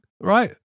right